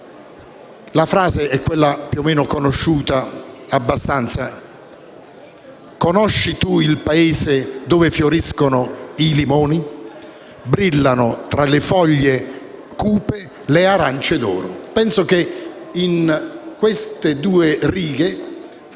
alla frase più o meno nota: «Conosci tu il Paese dove fioriscono i limoni? Brillano tra le foglie cupe le arance d'oro». Penso che in queste due righe